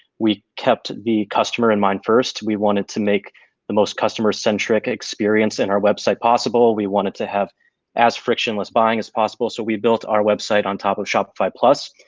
we kept the customer in mind first. we wanted to make the most customer centric experience in our website possible, we want it to have as frictionless buying as possible so we built our website on top of shopify plus,